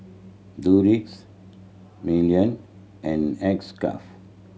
Doux Milan and X Craft